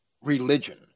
religion